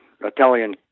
Italian